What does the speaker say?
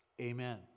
Amen